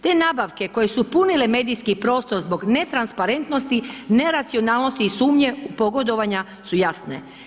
Te nabavke koje su punile medijski prostor zbog netransparentnosti, neracionalnosti i sumnje u pogodovanja su jasne.